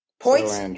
Points